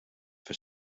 for